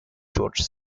george